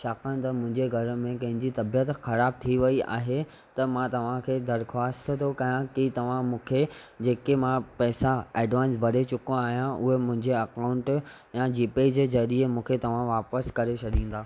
छाकाणि त मुंहिजे घरु में कहिंजी तबियतु ख़राब थी वई आहे त मां तव्हांखे दरख़्वास्तु थो कयां की तव्हां मूंखे जेके मां पैसा एडवांस भरे चुको आहियां उहे मुंहिंजे अकाउंट या जी पे जे ज़रिए मूंखे तव्हां वापिसि करे छॾींदा